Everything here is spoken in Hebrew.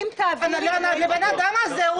אם תעבירי לי --- הבן אדם הזה,